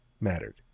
mattered